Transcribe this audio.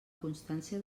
constància